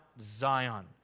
Zion